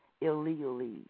illegally